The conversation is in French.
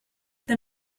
d’un